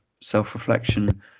self-reflection